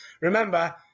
remember